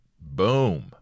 Boom